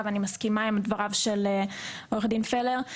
ואני מסכימה עם דבריו של עורך דין פלר.